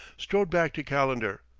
strode back to calendar,